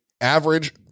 average